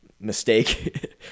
mistake